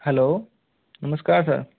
hello नमस्कार sir